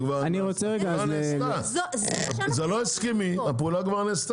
זה לא הסכמי, הפעולה כבר נעשתה.